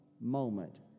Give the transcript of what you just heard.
moment